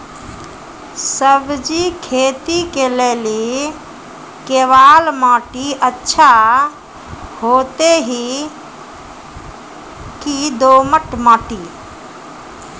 सब्जी खेती के लेली केवाल माटी अच्छा होते की दोमट माटी?